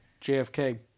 JFK